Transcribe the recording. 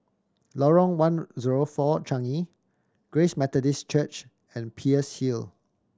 Lorong One Zero Four Changi Grace Methodist Church and Peirce Hill